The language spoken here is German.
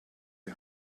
die